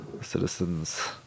citizens